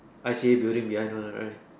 I_C_A building behind one what right